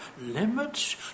limits